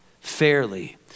fairly